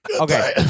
Okay